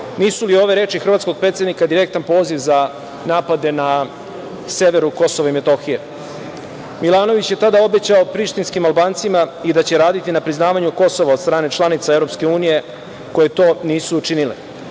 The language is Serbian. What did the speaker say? Nisu li ove reči Hrvatskog predsednika direktan poziv napade na severu Kosova i Metohije? Milanović je tada obećao prištinskim Albancima i da će raditi na priznavanju Kosova od strane članice EU koje to nisu učinile.